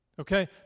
Okay